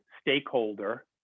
stakeholder